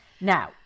Now